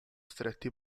stretti